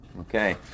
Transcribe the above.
Okay